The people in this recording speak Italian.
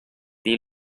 dei